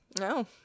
no